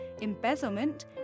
embezzlement